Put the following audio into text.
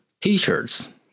t-shirts